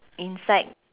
inside